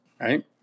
right